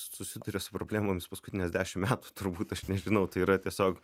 susiduria su problemomis paskutines dešim metų turbūt aš nežinau tai yra tiesiog